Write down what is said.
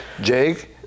Jake